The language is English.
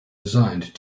resigned